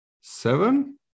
seven